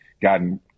gotten